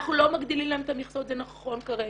אנחנו לא מגדילים להם את המכסות, זה נכון כרגע.